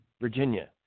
Virginia